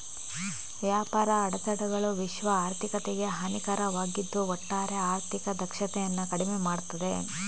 ವ್ಯಾಪಾರ ಅಡೆತಡೆಗಳು ವಿಶ್ವ ಆರ್ಥಿಕತೆಗೆ ಹಾನಿಕಾರಕವಾಗಿದ್ದು ಒಟ್ಟಾರೆ ಆರ್ಥಿಕ ದಕ್ಷತೆಯನ್ನ ಕಡಿಮೆ ಮಾಡ್ತದೆ